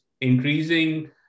increasing